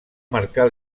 marcar